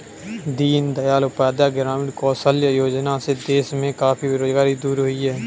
दीन दयाल उपाध्याय ग्रामीण कौशल्य योजना से देश में काफी बेरोजगारी दूर हुई है